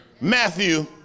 Matthew